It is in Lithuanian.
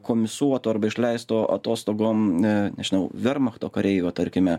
komisuoto arba išleisto atostogom na nežinau vermachto kareivio tarkime